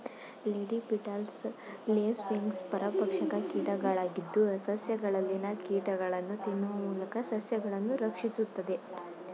lady beetles, lacewings ಪರಭಕ್ಷ ಕೀಟಗಳಾಗಿದ್ದು, ಸಸ್ಯಗಳಲ್ಲಿನ ಕೀಟಗಳನ್ನು ತಿನ್ನುವ ಮೂಲಕ ಸಸ್ಯಗಳನ್ನು ರಕ್ಷಿಸುತ್ತದೆ